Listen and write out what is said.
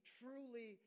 truly